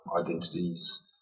identities